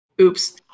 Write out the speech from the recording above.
Oops